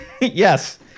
Yes